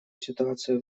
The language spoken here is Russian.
ситуацию